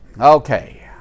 Okay